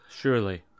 Surely